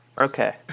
Okay